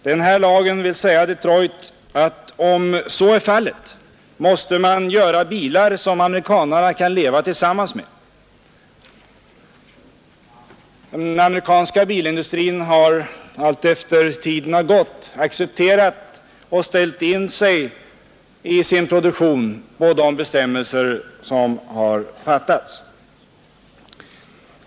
Den här lagen vill säga Detroit att om så är fallet måste man göra bilar som amerikanerna kan leva tillsammans med.” Den amerikanska bilindustrin har, allteftersom tiden har gått, accepterat detta och i sin produktion anpassat sig efter de bestämmelser som har tillkommit.